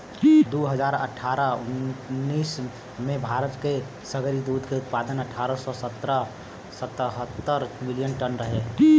दू हज़ार अठारह उन्नीस में भारत के सगरी दूध के उत्पादन अठारह सौ सतहत्तर मिलियन टन रहे